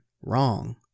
Wrong